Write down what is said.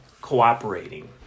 cooperating